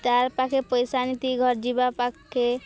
ତାର୍ ପାଖେ ପଇସା ନିତି ଘର ଯିବା ପାଖେ